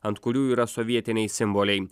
ant kurių yra sovietiniai simboliai